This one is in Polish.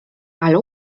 ale